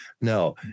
No